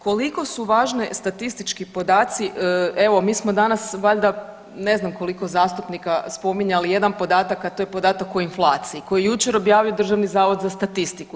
Koliko su važni statistički podaci, evo mi smo danas valjda ne znam koliko zastupnika spominjali jedan podatak, a to je podatak o inflaciji koji je jučer objavio Državni zavod za statistiku.